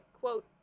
quote